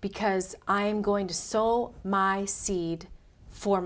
because i'm going to soul my seed for